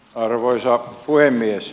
arvoisa puhemies